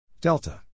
delta